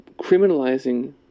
criminalizing